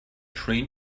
train